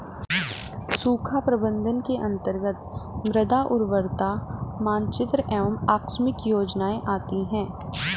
सूखा प्रबंधन के अंतर्गत मृदा उर्वरता मानचित्र एवं आकस्मिक योजनाएं आती है